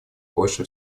больше